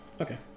okay